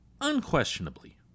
Unquestionably